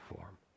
form